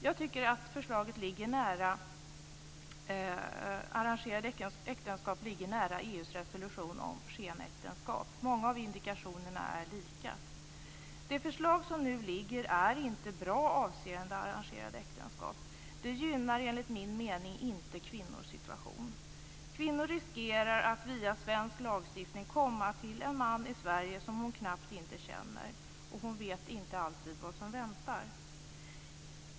Jag tycker att arrangerade äktenskap ligger nära EU:s resolution om skenäktenskap. Många av indikationerna är lika. Det förslag som nu ligger framme är inte bra vad avser arrangerade äktenskap. Det gynnar enligt min mening inte kvinnors situation. En kvinna riskerar att via svensk lagstiftning komma till en man i Sverige som hon knappt känner, och hon vet inte alltid vad som väntar.